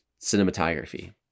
cinematography